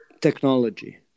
technology